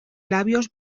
labios